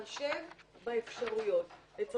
סגירת הגז מבטלת --- אח שלי,